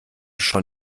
schon